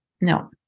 No